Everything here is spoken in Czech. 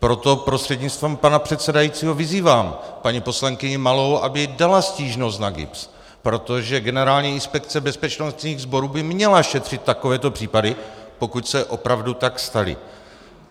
Proto prostřednictvím pana předsedajícího vyzývám paní poslankyni Malou, aby dala stížnost na GIBS, protože Generální inspekce bezpečnostních sborů by měla šetřit takovéto případy, pokud se opravdu tak staly,